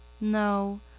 No